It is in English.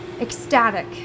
ecstatic